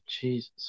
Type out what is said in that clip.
Jesus